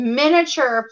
miniature